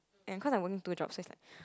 and cause I'm working two jobs so it's like